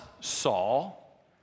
Saul